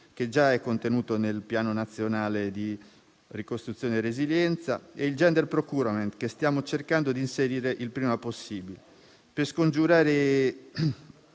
che già è contenuto nel Piano nazionale di ripresa e resilienza, e il *gender procurement*, che stiamo cercando di inserire il prima possibile. Per scongiurare